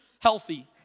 healthy